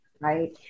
Right